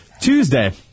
Tuesday